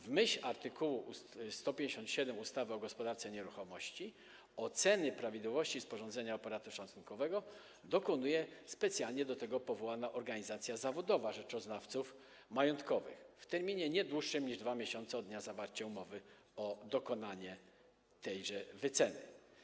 W myśl art. 157 ustawy o gospodarce nieruchomościami oceny prawidłowości sporządzenia operatu szacunkowego dokonuje specjalnie do tego powołana organizacja zawodowa rzeczoznawców majątkowych w terminie nie dłuższym niż 2 miesiące, licząc od dnia zawarcia umowy o dokonanie tejże wyceny.